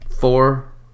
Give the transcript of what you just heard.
four